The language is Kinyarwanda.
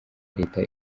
leta